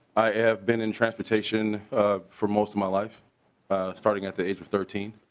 i have been in transportation for most of my life starting at the age of thirteen.